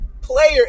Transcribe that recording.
player